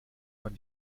man